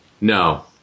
No